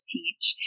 Peach